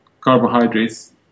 carbohydrates